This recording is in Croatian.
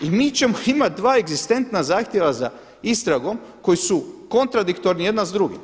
I mi ćemo imati dva egzistentna zahtjeva za istragom koji su kontradiktorni jedan s drugim.